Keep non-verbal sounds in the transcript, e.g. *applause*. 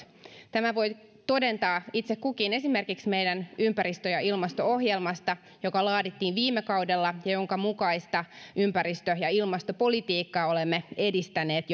tämän voi todentaa itse kukin esimerkiksi meidän ympäristö ja ilmasto ohjelmastamme joka laadittiin viime kaudella ja jonka mukaista ympäristö ja ilmastopolitiikkaa olemme edistäneet *unintelligible*